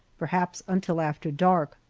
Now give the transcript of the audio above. perhaps until after dark.